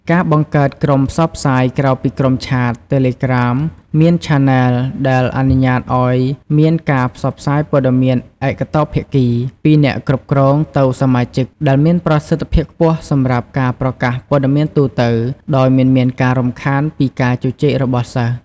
ការបង្កើតក្រុមផ្សព្វផ្សាយ ក្រៅពី ក្រុមឆាត, តេឡេក្រាម មាន ឆាណែល ដែលអនុញ្ញាតឲ្យមានការផ្សព្វផ្សាយព័ត៌មានឯកតោភាគី (ពីអ្នកគ្រប់គ្រងទៅសមាជិក) ដែលមានប្រសិទ្ធភាពខ្ពស់សម្រាប់ការប្រកាសព័ត៌មានទូទៅ ដោយមិនមានការរំខានពីការជជែករបស់សិស្ស។